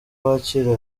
bakira